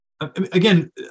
again